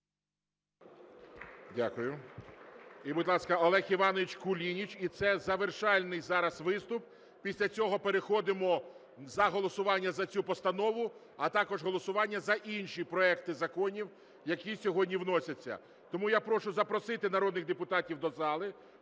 Дякую. І, будь ласка, Олег Іванович Кулініч, і це завершальний зараз виступ. Після цього переходимо за голосування за цю постанову, а також голосування за інші проекти законів, які сьогодні вносяться. Тому я прошу запросити народних депутатів до зали,